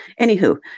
anywho